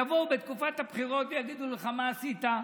יבואו בתקופת הבחירות ויגידו לך: מה עשית,